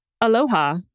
aloha